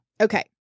Okay